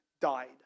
died